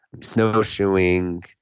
snowshoeing